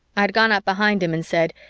i had gone up behind him and said,